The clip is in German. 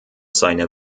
seine